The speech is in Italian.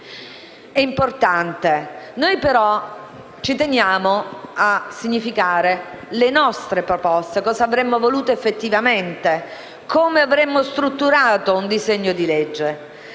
è importante. Noi, tuttavia, ci teniamo a significare le nostre proposte, cosa avremmo voluto effettivamente, come avremmo strutturato un disegno di legge.